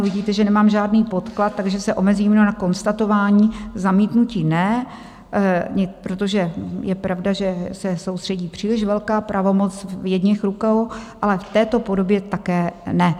Vidíte, že nemám žádný podklad, takže se omezím na konstatování zamítnutí ne, protože je pravda, že se soustředí příliš velká pravomoc v jedněch rukou, ale v této podobě také ne.